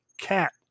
cat